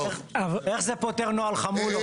איך זה פותר נוהל חמולות?